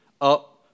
up